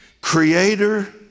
creator